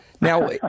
Now